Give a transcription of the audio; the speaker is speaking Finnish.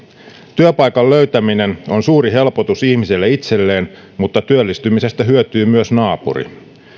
työpaikan löytäminen on suuri helpotus ihmiselle itselleen mutta työllistymisestä hyötyy myös naapuri